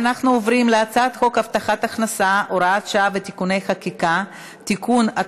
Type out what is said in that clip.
אנחנו עוברים להצעת חוק הבטחת הכנסה (הוראת שעה ותיקוני חקיקה) (תיקון),